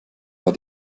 war